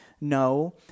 No